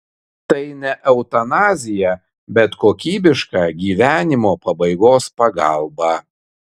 tai ne eutanazija bet kokybiška gyvenimo pabaigos pagalba